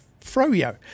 froyo